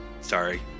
sorry